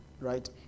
right